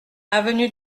avenue